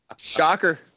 Shocker